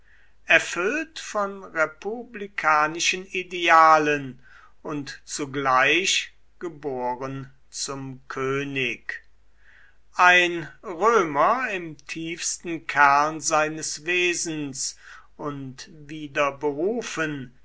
erfüllt von republikanischen idealen und zugleich geboren zum könig ein römer im tiefsten kern seines wesens und wieder berufen